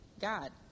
God